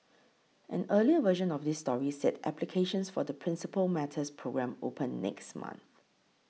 an earlier version of this story said applications for the Principal Matters programme open next month